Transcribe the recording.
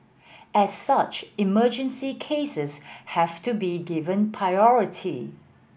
as such emergency cases have to be given priority